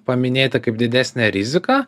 paminėti kaip didesnę riziką